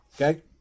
okay